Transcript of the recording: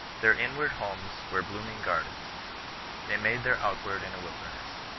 their inward homes were blooming gardens they made their outward in a wilderness.